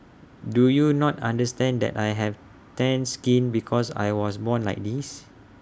do you not understand that I have tanned skin because I was born like this